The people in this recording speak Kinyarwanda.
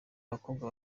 abakobwa